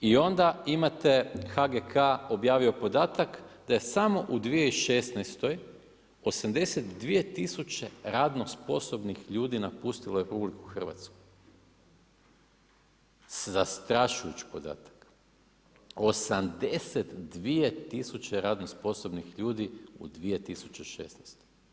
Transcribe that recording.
I onda imate HGK objavio podatak da je samo u 2016. 82 tisuće radno sposobnih ljudi napustilo RH, zastrašujući podatak, 82 tisuće radno sposobnih ljudi u 2016.